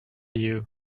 you